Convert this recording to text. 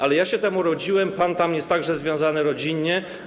Ale ja się tam urodziłem, pan tam jest także związany rodzinnie.